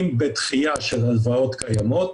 אם בדחייה של הלוואות קיימות,